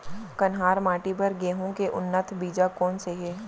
कन्हार माटी बर गेहूँ के उन्नत बीजा कोन से हे?